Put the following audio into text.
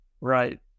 right